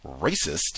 racist